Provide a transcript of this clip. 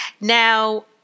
Now